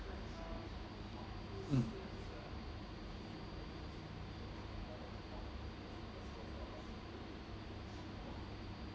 mm